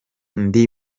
ndi